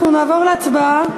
אנחנו נעבור להצבעה.